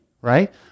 right